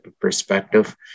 perspective